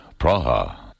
Praha